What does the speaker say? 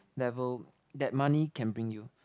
level that money can bring you